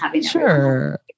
sure